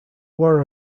war